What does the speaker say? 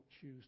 choose